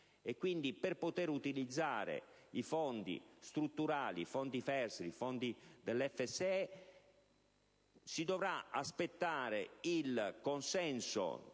per poter utilizzare i Fondi strutturali, i fondi FESR e i fondi FSE, si dovrà aspettare il consenso dell'Unione